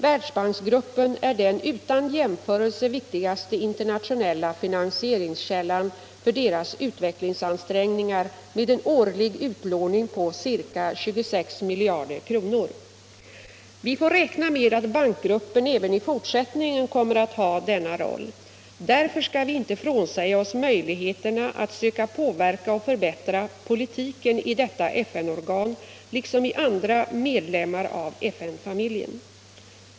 Världsbanksgruppen är den utan jämförelse viktigaste internationella finansieringskällan för deras utvecklingsansträngningar med en årlig utlåning på ca 26 miljarder ktonor. Vi får räkna med att bankgruppen även i fortsättningen kommer att ha denna roll. Därför skall vi inte frånsäga oss möjligheterna att söka påverka och förbättra politiken i detta FN organ liksom i andra medlemmar av FN-familjen.